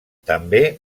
també